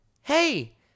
Hey